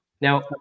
Now